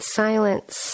silence